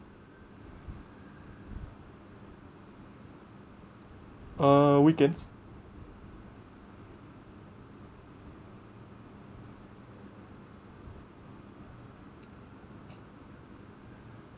uh weekends